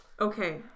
Okay